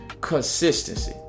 consistency